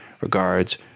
Regards